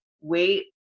wait